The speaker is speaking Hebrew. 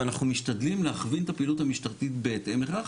ואנחנו משתדלים להכווין את הפעילות המשטרתית בהתאם לכך.